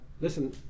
Listen